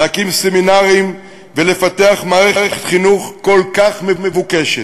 להקים סמינרים ולפתח מערכת חינוך כל כך מבוקשת.